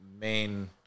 main